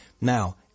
Now